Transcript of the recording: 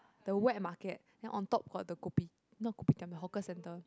the wet market then on top got the kopi~ not Kopitiam the hawker centre